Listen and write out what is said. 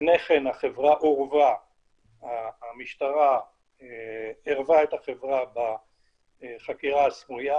לפני כן המשטרה עירבה את החברה בחקירה הסמויה.